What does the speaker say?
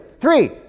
three